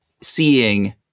seeing